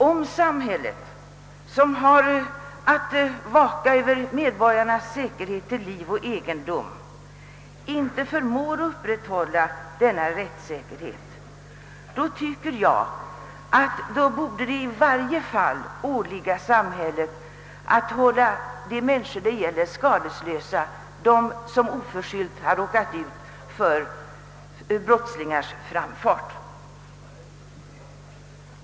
Om samhället, som har att vaka över medborgarnas säkerhet till liv och egendom, inte förmår att upprätthålla denna rättssäkerhet, då tycker jag att det i varje fall borde åligga samhället att hålla de människor skadeslösa, som oförskyllt råkat ut för brottslingars framfart.